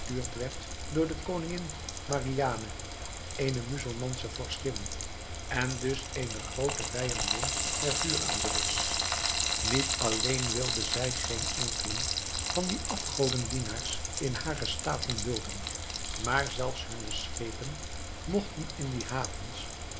werd door de koningin margiane eene muzelmansche vorstin en dus eene groote vijandin der vuuraanbidders niet alleen wilde zij geen enkelen van die afgodendienaars in hare staten dulden maar zelfs hunne schepen mogten in die havens